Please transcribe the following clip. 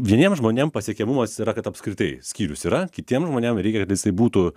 vieniem žmonėm pasiekiamumas yra kad apskritai skyrius yra kitiem žmonėm reikia kad jisai būtų